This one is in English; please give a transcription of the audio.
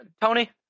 Tony